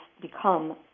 become